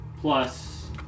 plus